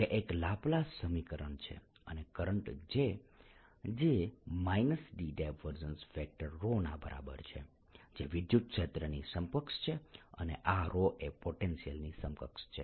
જે એક લાપ્લાસ સમીકરણ છે અને કરંટ J જે D ના બરાબર છે જે વિદ્યુત ક્ષેત્રની સમકક્ષ છે અને આ ρ એ પોટેન્શિયલની સમકક્ષ છે